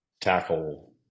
tackle